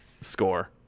score